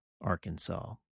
Arkansas